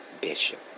Bishop